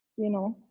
you know.